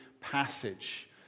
passage